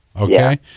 okay